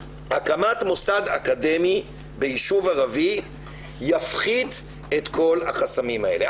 הקמת מוסד אקדמי ביישוב ערבי יפחית את כל החסמים האלה.